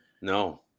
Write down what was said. no